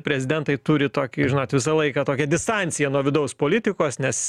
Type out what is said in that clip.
prezidentai turi tokį žinot visą laiką tokią distanciją nuo vidaus politikos nes